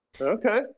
Okay